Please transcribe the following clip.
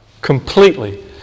completely